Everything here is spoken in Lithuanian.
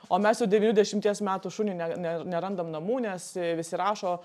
o mes jau devynių dešimties metų šuniui ne ne nerandam namų nes visi rašo